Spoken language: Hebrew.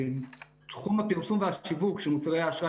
תחום הפרסום והשיווק של מוצרי האשראי